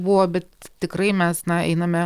buvo bet tikrai mes na einame